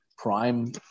prime